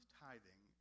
tithing